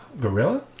gorilla